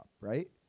right